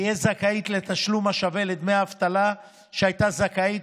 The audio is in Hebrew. תהיה זכאית לתשלום השווה לדמי האבטלה שהייתה זכאית